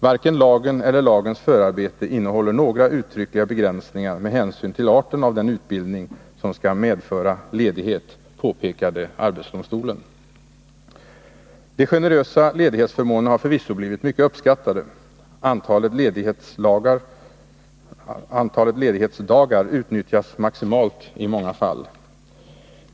Varken lagen eller lagens förarbete innehåller några uttryckliga begränsningar med hänsyn till arten av den utbildning som ska medföra ledighet, påpekade AD.” De generösa ledighetsförmånerna har förvisso blivit mycket uppskattade — antalet ledighetsdagar utnyttjas maximalt i många fall!